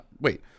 wait